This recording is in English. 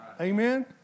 Amen